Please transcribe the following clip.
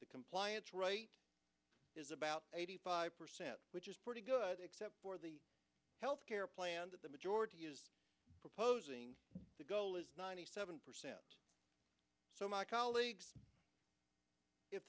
the compliance rate is about eighty five percent which is pretty good except for the health care plan that the majority is proposing the goal is ninety seven percent so my colleague if